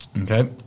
Okay